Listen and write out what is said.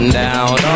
down